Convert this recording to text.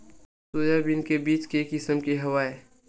Soybean के बीज के किसम के हवय?